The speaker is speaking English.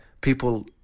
people